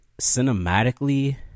cinematically